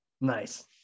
Nice